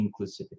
inclusivity